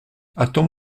attends